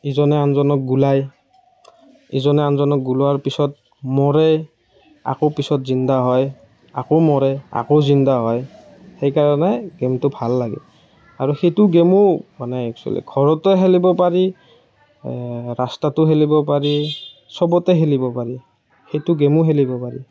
ইজনে আনজনক গুলিয়াই ইজনে আনজনক গুলিওৱাৰ পাছত মৰে আকৌ পিছত জিন্দা হয় আকৌ মৰে আকৌ জিন্দা হয় সেইকাৰণে গেমটো ভাল লাগে আৰু সেইটো গেমো মানে এক্সোৱেলি ঘৰতো খেলিব পাৰি ৰাস্তাতো খেলিব পাৰি সবতে খেলিব পাৰি সেইটো গেমো খেলিব পাৰি